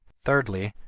thirdly,